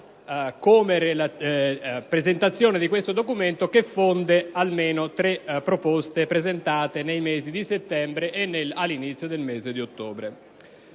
come presentazione di questo documento, che fonde almeno tre proposte presentate nel mese di settembre e all'inizio del mese di ottobre.